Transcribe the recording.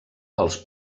els